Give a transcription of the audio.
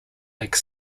lake